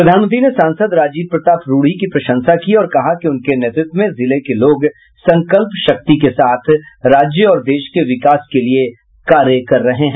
प्रधानमंत्री ने सांसद राजीव प्रताप रूढ़ी की प्रशंसा की और कहा कि उनके नेतृत्व में जिले के लोग संकल्प शक्ति के साथ राज्य और देश के विकास के लिये कार्य कर रहे हैं